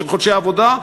חודשי עבודה,